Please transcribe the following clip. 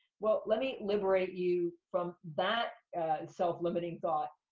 well, let me liberate you from that and self-limiting thought,